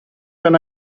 when